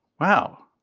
wow,